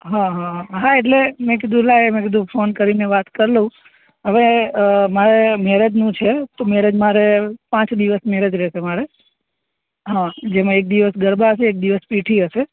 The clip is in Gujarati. હા હા હા એટલે મેં કીધું લાવ મેં કીધું ફોન કરીને વાત કરી લઉં હવે મારે મેરેજનું છે તો મેરેજ મારે પાંચ દિવસની મેરેજ રહેશે મારે હા જેમાં એક દિવસ ગરબા હશે એક દિવસ પીઠી હશે